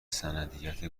سندیت